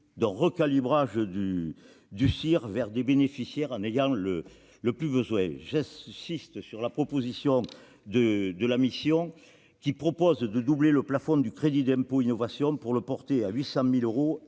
d'un recalibrage du CIR vers les bénéficiaires en ayant le plus besoin. La mission d'information propose de doubler le plafond du crédit d'impôt innovation pour le porter à 800 000 euros